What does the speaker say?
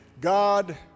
God